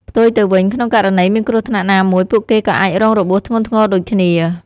ផ្ទុយទៅវិញ ក្នុងករណីមានគ្រោះថ្នាក់ណាមួយ ពួកគេក៏អាចរងរបួសធ្ងន់ធ្ងរដូចគ្នា។